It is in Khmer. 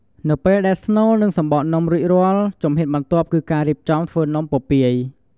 នៅពេលដែលស្នូល និងសំបកនំរួចរាល់ ជំហានបន្ទាប់គឺការរៀបចំធ្វើនំពពាយ។